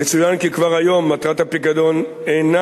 יצוין כי כבר היום מטרת הפיקדון אינה